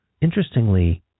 Interestingly